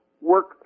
work